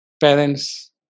parents